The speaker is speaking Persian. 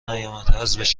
نیامد، حذف